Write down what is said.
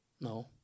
No